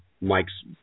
Mike's